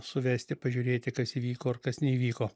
suvesti pažiūrėti kas įvyko ar kas neįvyko